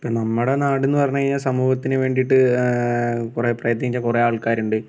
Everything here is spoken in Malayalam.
ഇപ്പോൾ നമ്മുടെ നാടെന്ന് പറഞ്ഞു കഴിഞ്ഞാൽ സമൂഹത്തിന് വേണ്ടീട്ട് കുറെ പ്രയത്നിച്ച കുറെ ആൾക്കാരുണ്ട്